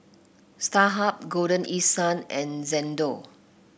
Starhub Golden East Sun and Xndo